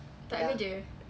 ya